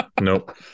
Nope